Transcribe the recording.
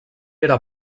era